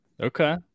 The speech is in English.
Okay